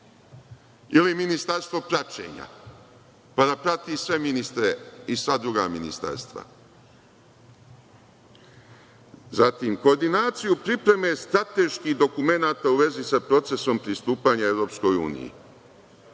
ili ministarstvo praćenja, pa da prati sve ministre i sva druga ministarstva. Zatim, koordinaciju pripreme strateških dokumenata u vezi sa procesom pristupanja EU, koordinaciju